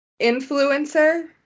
influencer